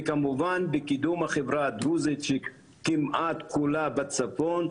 וכמובן בקידום החברה הדרוזית שכמעט כולה בצפון,